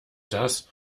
das